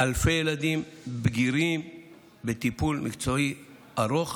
אלפי ילדים ובגירים בטיפול מקצועי ארוך